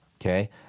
Okay